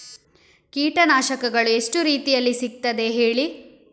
ಕೀಟನಾಶಕಗಳು ಎಷ್ಟು ರೀತಿಯಲ್ಲಿ ಸಿಗ್ತದ ಹೇಳಿ